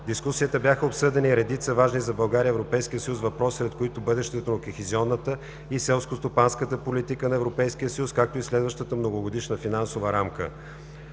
дискусията бяха обсъдени редица важни за България и Европейския съюз въпроси, сред които бъдещето на кохезионната и селскостопанската политика на Европейския съюз, както и следващата Многогодишна финансова рамка.